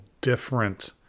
different